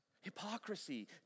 Hypocrisy